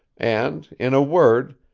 and, in a word,